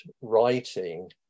writing